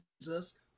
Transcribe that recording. Jesus